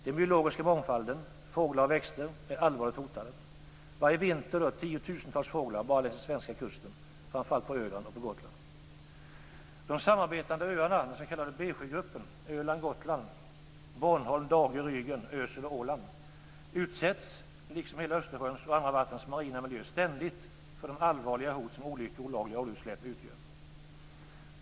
Den biologiska mångfalden, fåglar och växter, är allvarligt hotad. Varje vinter dör tiotusentals fåglar bara längs den svenska kusten, framför allt på Öland och på Gotland. Åland utsätts, liksom hela Östersjöns och andra vattens marina miljö, ständigt för de allvarliga hot som olyckor och olagliga oljeutsläpp utgör.